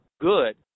good